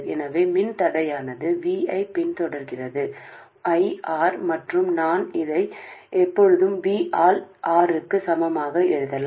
எனவே மின்தடையானது V ஐப் பின்தொடர்கிறது I R மற்றும் நான் இதை எப்போதும் V ஆல் Rக்கு சமமாக எழுதலாம்